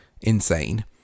insane